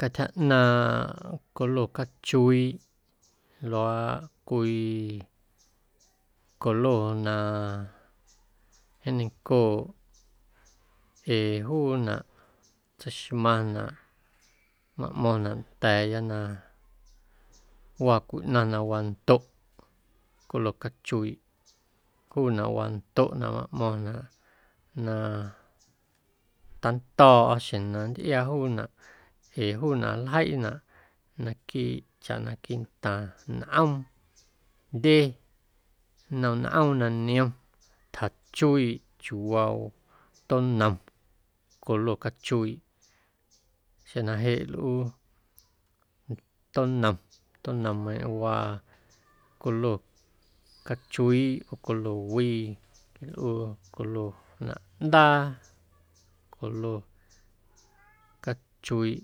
Cantyja ꞌnaaⁿꞌ colo cachuiiꞌ joꞌ luaaꞌ cwii colo na jeeⁿ ñencooꞌ ee juunaꞌ tseixmaⁿnaꞌ maꞌmo̱ⁿnaꞌ nda̱a̱ya na waa cwii ꞌnaⁿ na wandoꞌ colo cachuiiꞌ juunaꞌ wandoꞌnaꞌ maꞌmo̱ⁿnaꞌ na tando̱o̱ꞌa xjeⁿ na nntꞌiaa juunaꞌ ee juunaꞌ nljeiꞌnaꞌ naquiiꞌ chaꞌ na quiiꞌntaaⁿ nꞌoom jndye nnom nꞌoom na niom tjachuiiꞌ chiuuwaa tonom colo cachuiiꞌ xeⁿ na jeꞌ nlꞌuu tonom tonommeiⁿꞌ waa colo cachuiiꞌ oo colo wii quilꞌuu colo na ꞌndaa colo cachuiiꞌ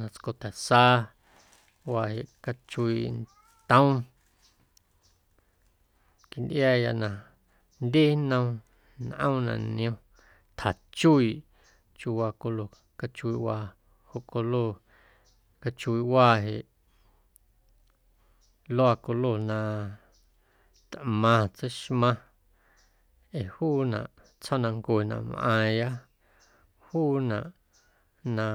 na tsco ta̱sa waa jeꞌ cachuiiꞌ ntom quintꞌiaaya na jndye nnom nꞌoom na niom tjachuiiꞌ chiuuwaa colo cachuiiꞌwaa joꞌ colo cachuiiꞌwaa jeꞌ luaa colo na tꞌmaⁿ tseixmaⁿ ee juunaꞌ tsjoomnancue na mꞌaaⁿya juunaꞌ na.